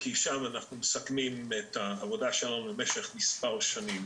שם אנחנו מסכמים את העבודה שלנו במשך מספר שנים,